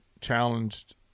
challenged